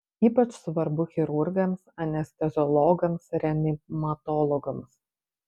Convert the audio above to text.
ypač svarbu chirurgams anesteziologams reanimatologams